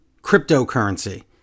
cryptocurrency